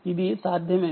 ఇది సాధ్యమే